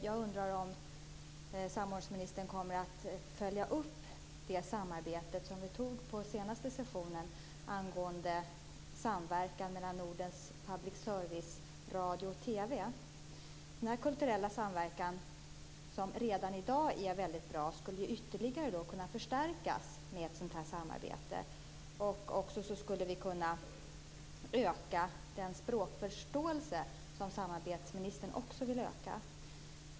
Jag undrar om samordningsministern kommer att följa upp det samarbete som vi beslutade om på den senaste sessionen angående samverkan mellan Nordens public service-radio och TV. Denna kulturella samverkan, som redan i dag är väldigt bra, skulle ytterligare kunna förstärkas med ett sådant samarbete. Dessutom skulle vi kunna öka den språkförståelse som också samarbetsministern vill öka.